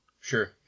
Sure